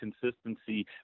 consistency